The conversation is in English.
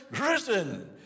risen